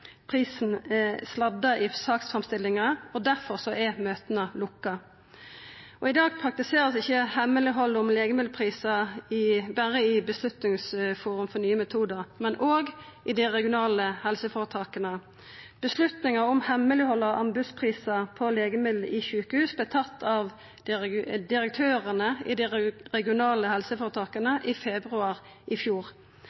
lukka. I dag vert ikkje hemmeleghald om legemiddelprisar praktisert berre i Beslutningsforum for nye metodar, men òg i dei regionale helseføretaka. Avgjerda om hemmeleghald av anbodsprisar på legemiddel i sjukehus vart tatt av direktørane i dei regionale helseføretaka i februar i fjor. Ei arbeidsgruppe har på vegner at dei regionale